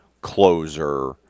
closer